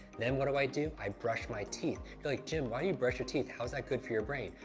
then what do i do? i brush my teeth. you're like, jim, why do you brush your teeth? how is that good for your brain?